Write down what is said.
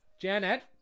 Janet